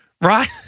Right